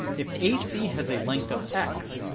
if ac has a length of x,